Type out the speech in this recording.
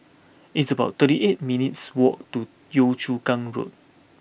it's about thirty eight minutes walk to Yio Chu Kang Road